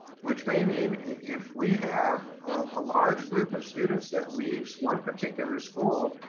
which may mean if we have a large group of students that leaves one particular school,